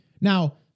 now